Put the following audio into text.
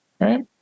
Right